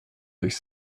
durch